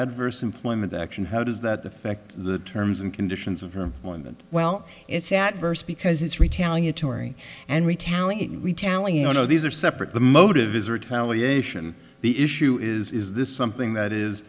adverse employment action how does that affect the terms and conditions of her moment well it's outburst because it's retaliatory and retaliate retaliate you know these are separate the motive is retaliation the issue is is this something that is